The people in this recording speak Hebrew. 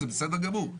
זה בסדר גמור.